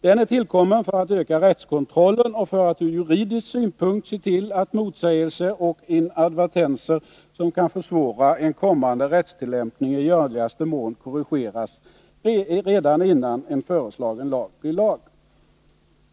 Den är tillkommen för att öka rättskontrollen och för att ur juridisk synpunkt se till att motsägelser och inadvertenser, som kan försvåra en kommande rättstillämpning, i görligaste mån korrigeras redan innan en föreslagen lag blir lag.